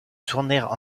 tournèrent